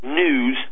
news